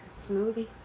Smoothie